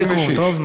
משפט סיכום, טוב?